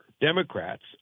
Democrats